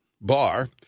bar